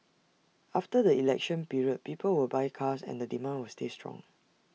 after the election period people will buy cars and the demand will stay strong